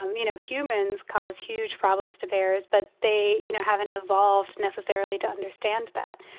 um you know, humans cause huge problems to bears, but they, you know, haven't evolved necessarily to understand that.